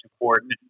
important